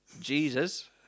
Jesus